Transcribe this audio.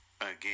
again